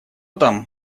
там